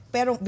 Pero